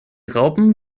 raupen